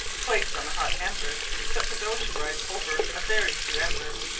placed on the hot embers, set the dough to rise over a very few embers,